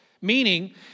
Meaning